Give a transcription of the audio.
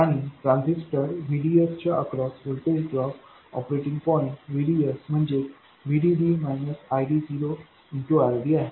आणि ट्रान्झिस्टरVDSच्या across voltage drop operating point VDS म्हणजे VDD ID0RDआहे